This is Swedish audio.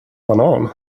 banan